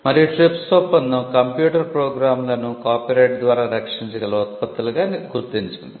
మరియు TRIPS ఒప్పందం computer ప్రోగ్రామ్లను కాపీరైట్ ద్వారా రక్షించగల ఉత్పత్తులుగా గుర్తించింది